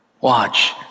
Watch